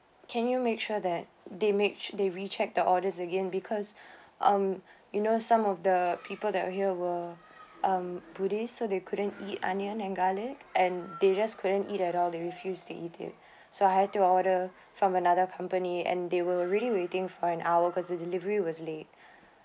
can you make sure that they make they recheck the orders again because um you know some of the people that are here were um buddhist so they couldn't eat onion and garlic and they just couldn't eat at all they refuse to eat it so I had to order from another company and they were really waiting for an hour because the delivery was late